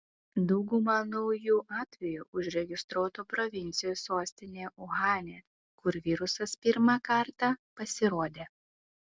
dauguma naujų atvejų užregistruota provincijos sostinėje uhane kur virusas pirmą kartą pasirodė